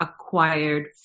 acquired